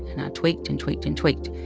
and tweaked and tweaked and tweaked.